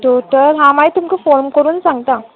थेव तर हांव मागीर तुमकां फोन करून सांगता